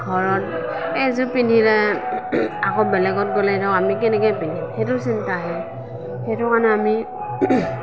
ঘৰত এযোৰ পিন্ধিলে আকৌ বেলেগত গ'লে আমি ধৰক কেনেকৈ পিন্ধিম সেইটো চিন্তা আহে সেইটো কাৰণে আমি